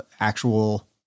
actual